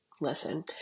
listen